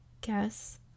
guess